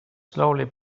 slowly